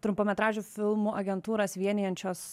trumpametražių filmų agentūras vienijančios